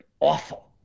awful